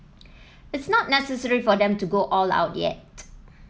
it's not necessary for them to go all out yet